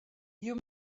you